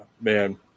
Man